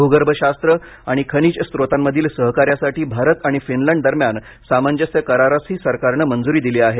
भूगर्भशास्त्र आणि खनिज स्रोतांमधील सहकार्यासाठी भारत आणि फिनलंड दरम्यान सामंजस्य करारासही सरकारनं मंजुरी दिली आहे